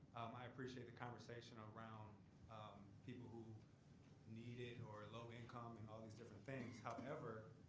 i appreciate conversation around people who need it, or low income, and all these different things. however,